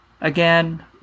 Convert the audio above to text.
Again